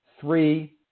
three